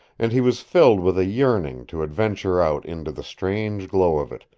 and he was filled with a yearning to adventure out into the strange glow of it,